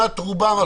רובם,